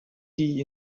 tea